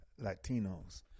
Latinos